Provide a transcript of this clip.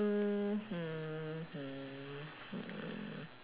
mm hmm hmm hmm